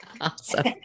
Awesome